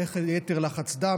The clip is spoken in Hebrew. יתר לחץ דם,